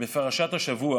בפרשת השבוע